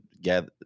gather